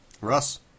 Russ